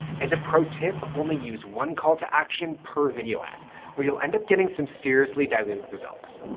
as a pro tip, only use one call to action per video ad or you'll end up getting some seriously diluted results.